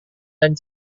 dan